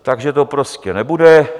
Takže to prostě nebude.